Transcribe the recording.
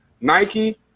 Nike